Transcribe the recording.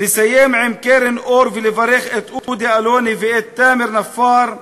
לסיים עם קרן אור ולברך את אודי אלוני ואת תאמר נפאר,